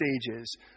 stages